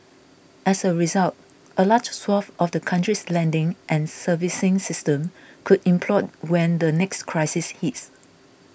as a result a large swathe of the country's lending and servicing system could implode when the next crisis hits